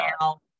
now